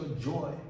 joy